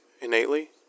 innately